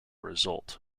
result